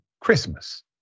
Christmas